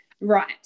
Right